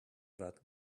that